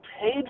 paid